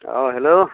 अ हेल'